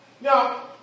Now